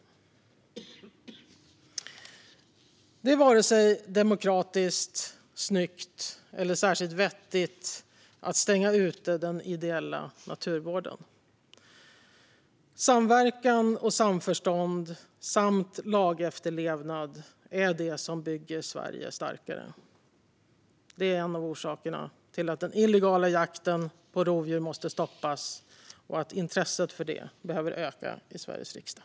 Det är varken demokratiskt, snyggt eller särskilt vettigt att stänga ute den ideella naturvården. Samverkan och samförstånd samt lagefterlevnad är det som bygger Sverige starkare. Det är en av orsakerna till att den illegala jakten på rovdjur måste stoppas och att intresset för det behöver öka i Sveriges riksdag.